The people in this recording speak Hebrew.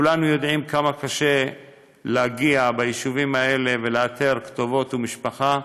כולנו יודעים כמה קשה ביישובים האלה להגיע ולאתר כתובות ומשפחות,